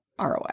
ROI